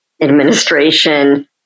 administration